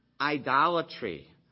idolatry